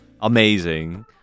amazing